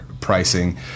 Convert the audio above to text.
pricing